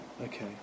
Okay